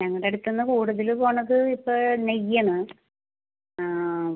ഞങ്ങളുടെ അടുത്തുനിന്ന് കൂടുതൽ പോവുന്നത് ഇപ്പം നെയ്യാണ് ആ